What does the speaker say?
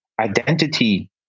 identity